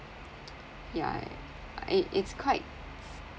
yeah it it's quite